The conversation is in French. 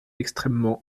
extrêmement